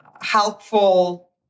helpful